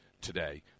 today